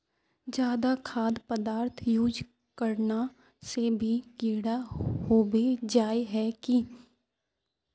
ज्यादा खाद पदार्थ यूज करना से भी कीड़ा होबे जाए है की?